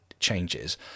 changes